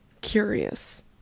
curious